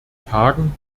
tagen